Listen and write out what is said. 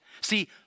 See